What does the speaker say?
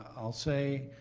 i'll say,